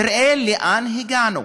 תראה לאן הגענו: